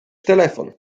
telefon